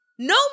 No